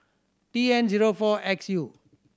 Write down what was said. T N zero four X U